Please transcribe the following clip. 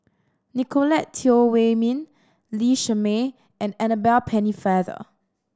Nicolette Teo Wei Min Lee Shermay and Annabel Pennefather